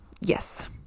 yes